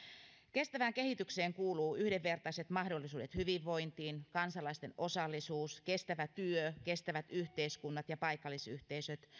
kestävään kehitykseen kuuluvat yhdenvertaiset mahdollisuudet hyvinvointiin kansalaisten osallisuus kestävä työ kestävät yhteiskunnat ja paikallisyhteisöt